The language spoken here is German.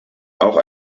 auch